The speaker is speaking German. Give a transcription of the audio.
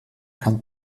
kann